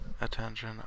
Attention